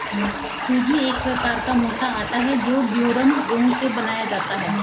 सूजी एक प्रकार का मोटा आटा है जो ड्यूरम गेहूं से बनाया जाता है